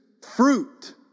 fruit